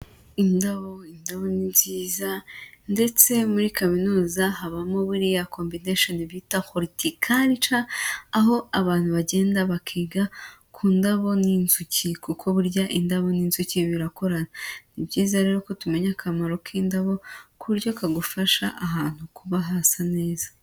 Indabo, indabo ni nziza ndetse muri kaminuza habamo buriya kombineshoni bita horitikaraca, aho abantu bagenda bakiga ku ndabo n'inzuki. Kuko burya indabo n'inzuki birakorana. Ni byiza rero ko tumenya akamaro k'indabo, ku buryo kagufasha ahantu kuba hasa neza.